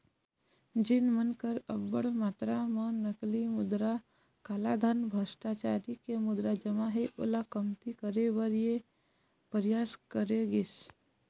जेखर मन कर अब्बड़ मातरा म नकली मुद्रा, कालाधन, भस्टाचारी के मुद्रा जमा हे ओला कमती करे बर ये परयास करे गिस